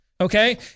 okay